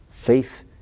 faith